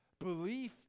belief